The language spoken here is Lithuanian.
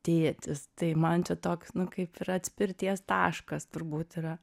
tėtis tai man čia toks nu kaip ir atspirties taškas turbūt yra